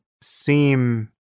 seem